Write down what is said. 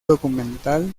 documental